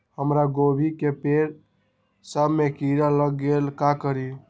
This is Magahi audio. हमरा गोभी के पेड़ सब में किरा लग गेल का करी?